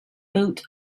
boat